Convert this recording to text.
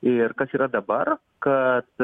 ir kas yra dabar kad